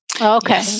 Okay